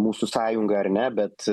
mūsų sąjunga ar ne bet